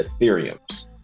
Ethereum's